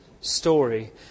story